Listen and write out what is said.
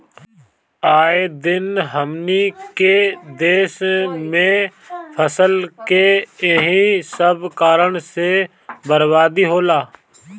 आए दिन हमनी के देस में फसल के एही सब कारण से बरबादी होला